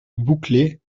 bouclés